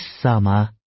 summer